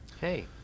Hey